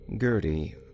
Gertie